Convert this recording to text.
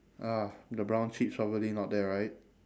ah the brown sheep's probably not there right